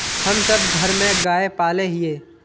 हम सब घर में गाय पाले हिये?